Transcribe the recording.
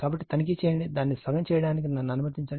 కాబట్టి తనిఖీ చేయండి దాన్ని సగం చేయడానికి నన్ను అనుమతిస్తుంది